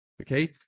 okay